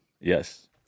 Yes